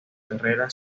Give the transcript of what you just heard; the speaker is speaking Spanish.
guerrera